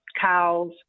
Cows